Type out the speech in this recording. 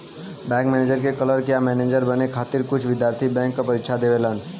bank में clerk या manager बने खातिर कुछ विद्यार्थी बैंक क परीक्षा देवलन